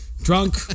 Drunk